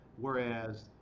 Whereas